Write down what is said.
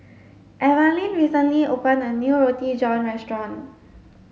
Evalyn recently opened a new roti john restaurant